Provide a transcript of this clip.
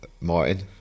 Martin